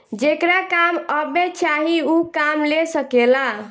जेकरा काम अब्बे चाही ऊ काम ले सकेला